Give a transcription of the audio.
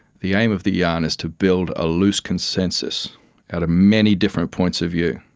the aim of the yarn is to build a loose consensus out of many different points of view,